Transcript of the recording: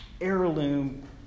heirloom